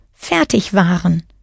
Fertigwaren